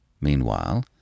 Meanwhile